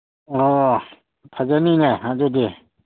ꯑꯣ ꯐꯖꯅꯤꯅꯦ ꯑꯗꯨꯗꯤ